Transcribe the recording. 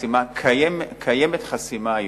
קיימת היום חסימה,